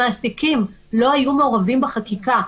המעסיקים לא היו מעורבים בחקיקה.